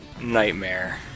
nightmare